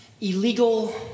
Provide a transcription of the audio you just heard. illegal